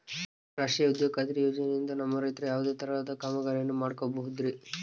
ರಾಷ್ಟ್ರೇಯ ಉದ್ಯೋಗ ಖಾತ್ರಿ ಯೋಜನೆಯಿಂದ ನಮ್ಮ ರೈತರು ಯಾವುದೇ ತರಹದ ಕಾಮಗಾರಿಯನ್ನು ಮಾಡ್ಕೋಬಹುದ್ರಿ?